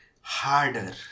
Harder